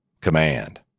command